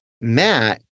Matt